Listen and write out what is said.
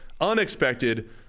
Unexpected